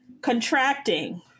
contracting